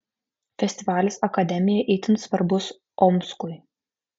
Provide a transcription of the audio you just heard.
festivalis akademija itin svarbus omskui